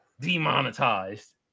Demonetized